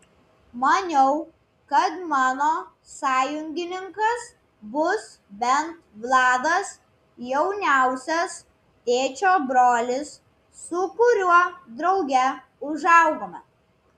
maniau kad mano sąjungininkas bus bent vladas jauniausias tėčio brolis su kuriuo drauge užaugome